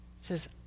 says